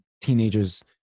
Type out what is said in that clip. teenagers